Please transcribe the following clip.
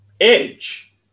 edge